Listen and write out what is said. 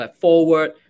forward